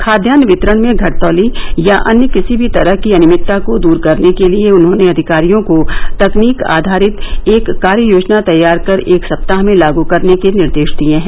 खाद्यान्न वितरण में घटतौली या अन्य किसी भी तरह की अनियमितता को दूर करने के लिए उन्होंने अधिकारियों को तकनीक आधारित एक कार्ययोजना तैयार कर एक सप्ताह में लागु करने के निर्देश दिए हैं